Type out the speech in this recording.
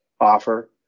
offer